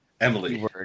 Emily